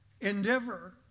endeavor